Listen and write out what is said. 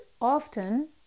often